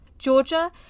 Georgia